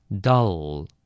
Dull